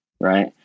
right